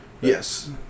Yes